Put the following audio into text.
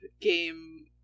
game